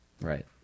Right